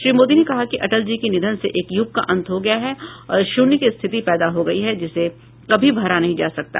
श्री मोदी ने कहा कि अटल जी के निधन से एक यूग का अंत हो गया है और शून्य की स्थिति पैदा हो गई है जिसे कभी भरा नहीं जा सकता